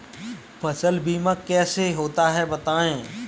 फसल बीमा कैसे होता है बताएँ?